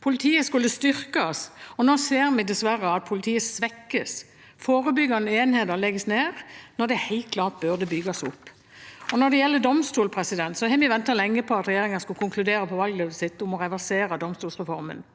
Politiet skulle styrkes; nå ser vi dessverre at politiet svekkes. Forebyggende enheter legges ned når de helt klart burde bygges opp. Når det gjelder domstoler, har vi ventet lenge på at regjeringen skulle konkludere med tanke på valgløftet sitt om å reversere domstolsreformen.